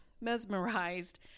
mesmerized